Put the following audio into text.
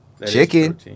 Chicken